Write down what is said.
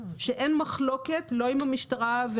שאין מחלוקת עליו עם המשטרה.